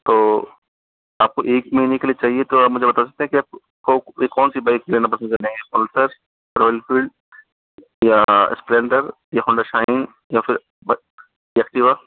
तो आपको एक महीने के लिए चाहिए तो आप मुझे बता सकते है कि आपको कौन सी बाइक लेना पसंद करेंगे पल्सर रॉयल फील्ड या इस्पलेन्डर या हौंडा शाइन या फिर एक्टीवा